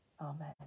Amen